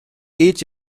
each